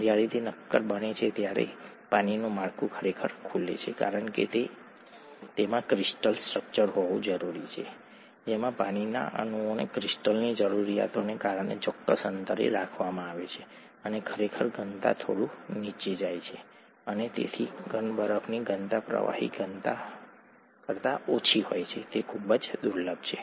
જ્યારે તે નક્કર બને છે ત્યારે પાણીનું માળખું ખરેખર ખુલે છે કારણ કે તેમાં ક્રિસ્ટલ સ્ટ્રક્ચર હોવું જરૂરી છે જેમાં પાણીના અણુઓને ક્રિસ્ટલની જરૂરિયાતોને કારણે ચોક્કસ અંતરે રાખવામાં આવે છે અને ખરેખર ઘનતા થોડું નીચે જાય છે અને તેથી ઘન બરફની ઘનતા પ્રવાહી ઘનતા કરતા ઓછી હોય છે તે ખૂબ જ દુર્લભ છે